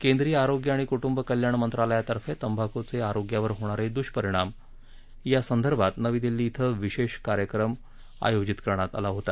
केंद्रीय आरोग्य आणि कुटुंब कल्याण मंत्रालयातर्फे तंबाखुचे आरोग्यावर होणार दुष्परिणाम या संदर्भात नवी दिल्ली येथे विशेष कार्यक्रम आयोजित करण्यात आला होता